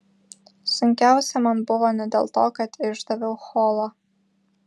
sunkiausia man buvo ne dėl to kad išdaviau holą